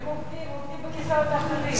הם עובדים, עובדים בכיסאות אחרים.